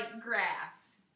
grass